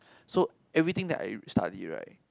so everything that I restudy right